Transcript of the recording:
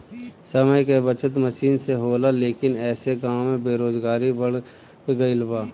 समय के बचत मसीन से होला लेकिन ऐसे गाँव में बेरोजगारी बढ़ गइल बा